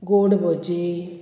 गोड भजी